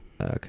Okay